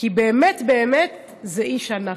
כי באמת באמת זה איש ענק,